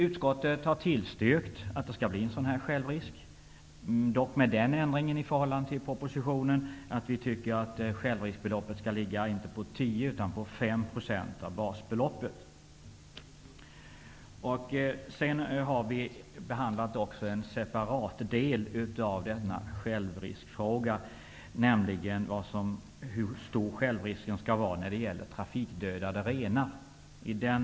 Utskottet har tillstyrkt en sådan här självrisk, med ändringen i förhållande till propositionen att självriskbeloppet bör ligga på 5 % av basbeloppet, inte 10 %. Utskottet har också behandlat en separat del i denna självriskfråga, nämligen hur stor självrisken skall vara när det gäller renar som dödas i trafiken.